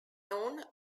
noon